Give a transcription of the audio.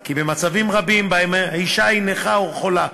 כי במצבים רבים שבהם האישה היא נכה או חולה,